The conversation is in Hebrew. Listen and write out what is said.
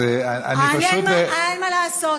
אני פשוט, אין מה לעשות.